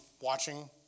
watching